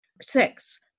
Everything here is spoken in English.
Six